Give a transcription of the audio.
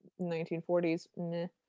1940s